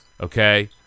okay